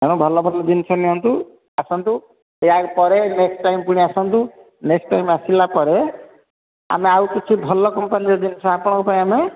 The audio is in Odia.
ତେଣୁ ଭଲ ଭଲ ଜିନିଷ ନିଅନ୍ତୁ ଆସନ୍ତୁ ଏହାରି ପରେ ନେକ୍ଷ୍ଟ ଟାଇମ୍ ପୁଣି ଆସନ୍ତୁ ନେକ୍ଷ୍ଟ ଟାଇମ୍ ଆସିଲା ପରେ ଆମେ ଆଉ କିଛି ଭଲ କମ୍ପାନିର ଜିନିଷ ଆପଣଙ୍କ ପାଇଁ ଆମେ